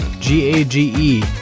G-A-G-E